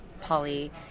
Polly